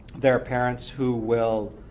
there are parents who will